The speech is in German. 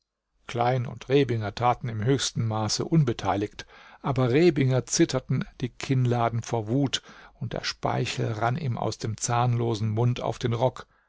klein und rebinger taten im höchsten maß unbeteiligt aber rebinger zitterten die kinnladen vor wut und der speichel rann ihm aus dem zahnlosen mund auf den rock